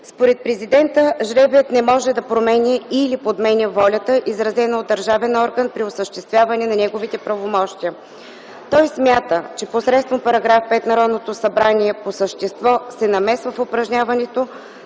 Според Президента жребият не може да променя или подменя волята, изразена от държавен орган при осъществяване на неговите правомощия. Той смята, че посредством § 5 Народното събрание по същество се намесва в упражняването